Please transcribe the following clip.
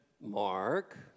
Mark